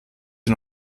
sie